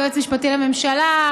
היועץ המשפטי לממשלה,